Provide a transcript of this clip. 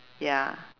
ya